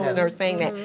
ah they're saying that.